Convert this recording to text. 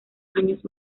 años